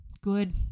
good